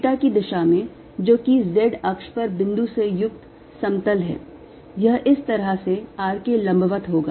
theta की दिशा में जो कि z अक्ष पर बिंदु से युक्त समतल है यह इस तरह से r के लंबवत होगा